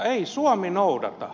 ei suomi noudata